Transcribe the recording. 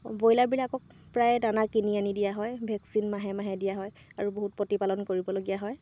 ব্ৰয়লাৰবিলাকক প্ৰায় দানা কিনি আনি দিয়া হয় ভেকচিন মাহে মাহে দিয়া হয় আৰু বহুত প্ৰতিপালন কৰিবলগীয়া হয়